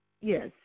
Yes